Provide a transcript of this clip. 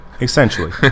Essentially